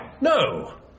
No